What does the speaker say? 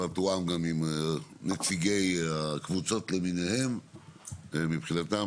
עם נציגי הקבוצות למיניהם מבחינתם,